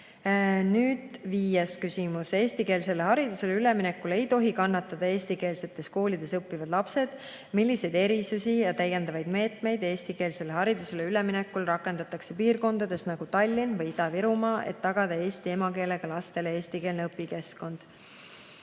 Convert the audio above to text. Nüüd viies küsimus: "Eestikeelsele haridusele üleminekul ei tohi kannatada eestikeelsetes koolides õppivad lapsed. Milliseid erisusi ja täiendavaid meetmeid eestikeelsele haridusele üleminekul rakendatakse piirkondades, nagu Tallinn või Ida-Virumaa, et tagada eesti emakeelega lastele eestikeelne õpikeskkond?"